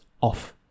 off